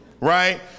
Right